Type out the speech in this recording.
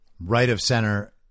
right-of-center